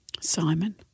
Simon